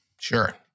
Sure